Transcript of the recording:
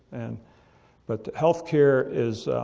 and but healthcare is